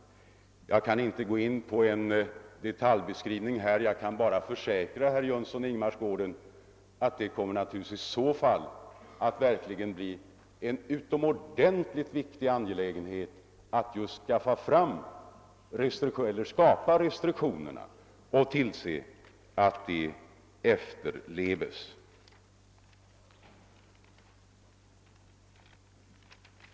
Jag kan inte här gå in på en detaljbeskrivning; jag kan bara försäkra herr Jönsson i Ingemarsgården att det naturligtvis i så fall kommer att bli en utomordentligt viktig angelägenhet att skapa restriktioner och tillse att de efterleves.